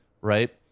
right